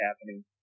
happening